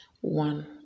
one